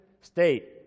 state